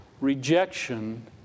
rejection